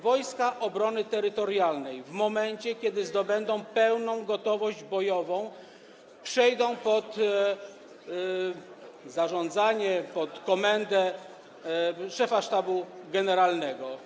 Wojska Obrony Terytorialnej w momencie, kiedy zdobędą pełną gotowość bojową, przejdą pod zarządzanie, pod komendę szefa Sztabu Generalnego.